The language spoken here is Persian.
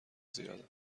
زیاد